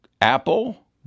Apple